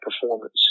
performance